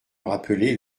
rappeler